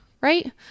right